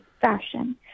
fashion